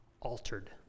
altered